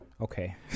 Okay